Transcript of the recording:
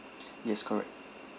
yes correct